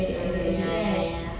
mm ya ya ya